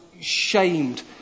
shamed